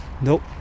Nope